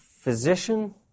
physician